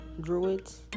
Druids